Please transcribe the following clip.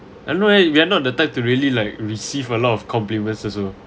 and no right we are not the type to really like receive a lot of compliments also